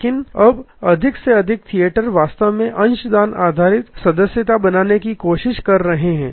लेकिन अब अधिक से अधिक थिएटर वास्तव में अंशदान आधारित सदस्यता बनाने की कोशिश कर रहे हैं